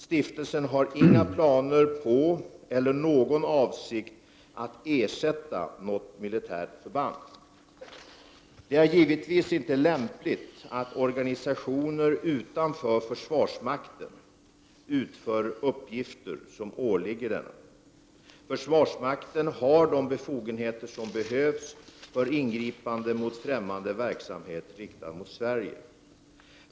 Stiftelsen har inga planer på eller någon avsikt att ersätta något militärt förband. Det är givetvis inte lämpligt att organisationer utanför försvarsmakten utför uppgifter som åligger denna. Försvarsmakten har de befogenheter som behövs för ingripanden mot främmande verksamhet riktad mot Sverige.